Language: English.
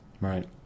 Right